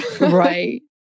Right